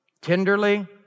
tenderly